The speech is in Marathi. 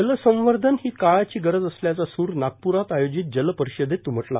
जलसंवर्थन ही काळाची गरज असल्याचा सूर नागपुरात आयोजित जलपरिषदेत उमटला